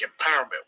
empowerment